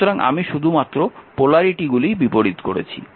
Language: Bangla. সুতরাং আমি শুধুমাত্র পোলারিটিগুলি বিপরীত করেছি